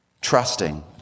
trusting